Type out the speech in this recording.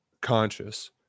conscious